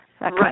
Right